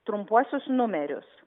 trumpuosius numerius